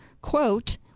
quote